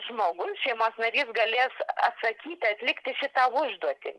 žmogus šeimos narys galės atsakyti atlikti šitą užduotį